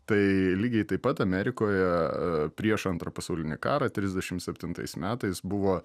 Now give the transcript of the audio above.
tai lygiai taip pat amerikoje prieš antrą pasaulinį karą trisdešim septintais metais buvo